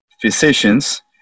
physicians